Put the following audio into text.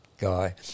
guy